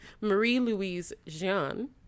Marie-Louise-Jean